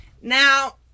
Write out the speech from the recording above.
Now